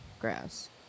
grass